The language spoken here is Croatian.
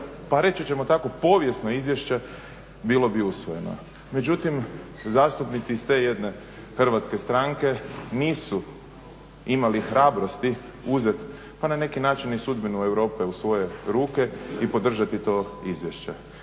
pa reći ćemo tako povijesno izvješće bilo bi usvojeno. Međutim, zastupnici iz te jedne hrvatske stranke nisu imali hrabrosti uzeti pa na neki način i sudbinu Europe u svoje ruke i podržati to izvješće.